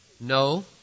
No